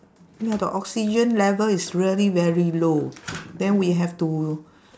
ya the oxygen level is really very low then we have to